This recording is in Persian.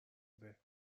مرده